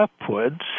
upwards